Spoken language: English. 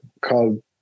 called